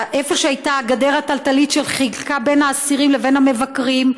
איפה שהייתה הגדר התלתלית שחילקה בין האסירים לבין המבקרים,